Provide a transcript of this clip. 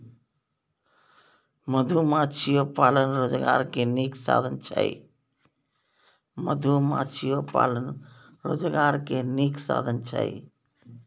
मधुमाछियो पालन रोजगार के नीक साधन छइ